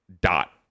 dot